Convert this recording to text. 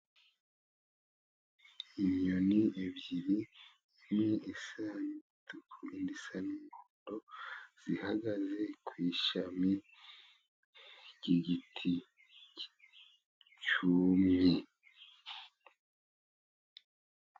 Inyoni ebyiri imwe isa n'umutuku, indi isa n'umuhondo, zihagaze ku ishami ry'igiti cyumye.